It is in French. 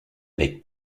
avec